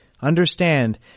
understand